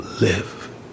live